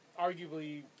arguably